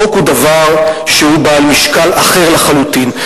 חוק הוא דבר שהוא בעל משקל אחר לחלוטין,